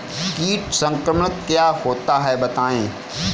कीट संक्रमण क्या होता है बताएँ?